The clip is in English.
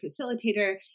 facilitator